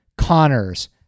Connors